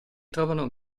trovano